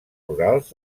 rurals